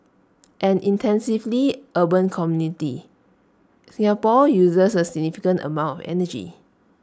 an intensively urban community Singapore uses A significant amount energy